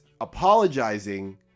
apologizing